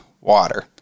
water